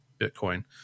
Bitcoin